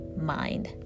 mind